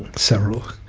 several.